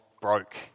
broke